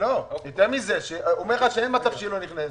יותר מזה הוא אומר לך שאין מצב שהיא לא מאשרת,